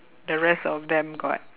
the rest of them got